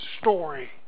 story